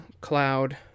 Cloud